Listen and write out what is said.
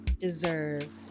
deserve